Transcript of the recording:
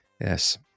Yes